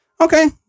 okay